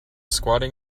squatting